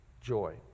joy